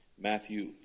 Matthew